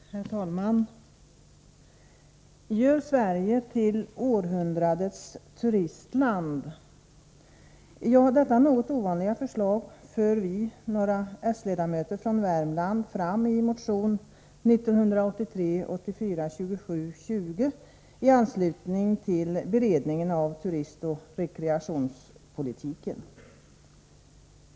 Herr talman! Gör Sverige till århundradets turistland! Ja, detta något ovanliga förslag för vi, några socialdemokratiska ledamöter från Värmland, fram i motion 1983/84:2720 i anslutning till beredningen av turistoch rekreationspolitiken.